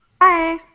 Hi